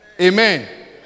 Amen